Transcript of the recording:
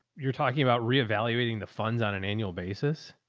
you're talking about reevaluating the funds on an annual basis.